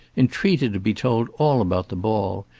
entreated to be told all about the ball,